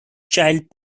child